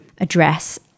address